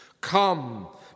Come